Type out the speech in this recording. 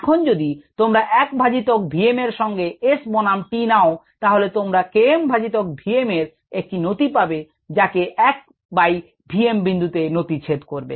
এখন যদি তোমরা 1 ভাজিতক v m এর সঙ্গে S বনাম t নাও তাহলে তোমরা Km ভাজিতক v m এর একটি নতি পাবে যা কে 1 বাইvm বিন্দুতে নতি ছেদ করবে